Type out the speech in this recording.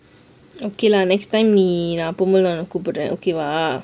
okay lah next time நீ நான் போகும் போது கூபிட்றேன்:nee naan poahum pothu koopidren